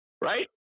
right